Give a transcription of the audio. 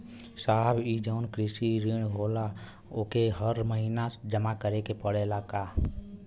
साहब ई जवन कृषि ऋण होला ओके हर महिना जमा करे के पणेला का?